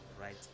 right